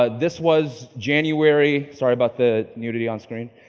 ah this was january. sorry about the nudity on screen.